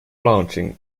launching